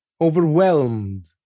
overwhelmed